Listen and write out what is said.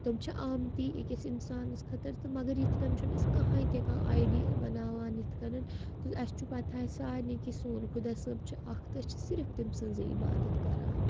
تِم چھِ آمتی أکِس اِنسانَس خٲطرٕ تہٕ مگر یِتھ کَن چھُنہٕ أسۍ کانٛہہ ہَے تہِ کانٛہہ آیڈِیَل بَناوان یِتھ کٔنَۍ تہٕ اَسہِ چھُ پَتہٕ ہَے سارنے کہِ سون خۄدا صٲب چھِ اَکھ تہٕ أسۍ چھِ صرف تٔمۍ سٕنٛزٕے عبادت کَران